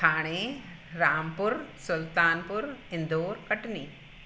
Thane Rampur Sultanpur Indore Katni